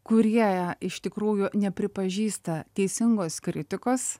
kurie iš tikrųjų nepripažįsta teisingos kritikos